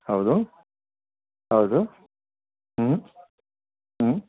ಹೌದು ಹೌದು ಹ್ಞೂ ಹ್ಞೂ